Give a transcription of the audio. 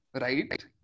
right